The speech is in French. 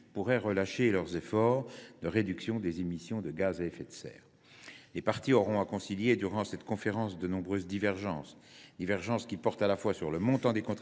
pourraient relâcher leurs efforts de réduction des émissions de gaz à effet de serre. Les parties auront à concilier durant cette conférence de nombreuses divergences, qui portent à la fois sur le montant des contributions